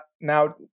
now